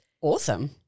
Awesome